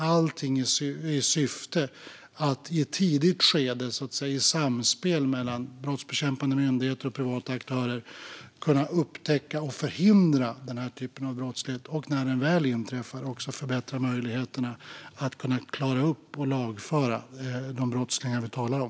Syftet är att i ett tidigt skede - det är ett samspel mellan brottsbekämpande myndigheter och privata aktörer - kunna upptäcka och förhindra denna typ av brottslighet och när den väl inträffar också förbättra möjligheterna att klara upp brotten och lagföra de brottslingar vi talar om.